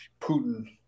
putin